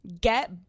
get